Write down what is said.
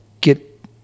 get